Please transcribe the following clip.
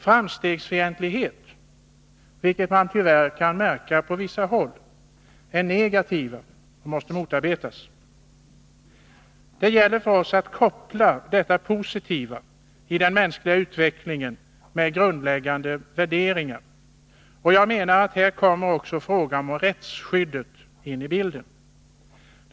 Framstegsfientlighet, som tyvärr märks på vissa håll, är negativ och måste motarbetas. Det gäller för oss att koppla det positiva i den mänskliga utvecklingen med grundläggande värderingar. Här kommer också frågan om rättsskyddet in i bilden.